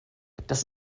das